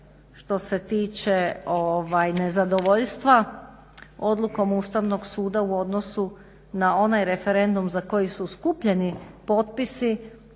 Što se tiče nezadovoljstva odlukom Ustavnog suda u odnosu na onaj referendum za koji su skupljeni potpisi